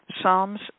Psalms